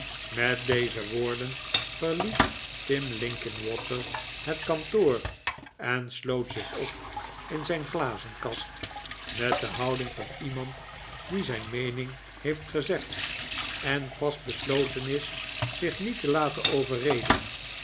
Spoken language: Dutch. met deze woorden verliet tim linkinwater het kantoor en sloot zich op in zijn glazenkast met de houding van iemand die zijn meening heeft gezegd en vast besloten is zich niet te laten overreden